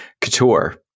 couture